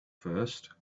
first